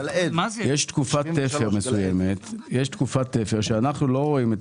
יש תקופת תפר מסוימת שאנחנו לא רואים את